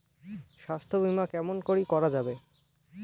স্বাস্থ্য বিমা কেমন করি করা যাবে?